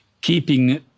keeping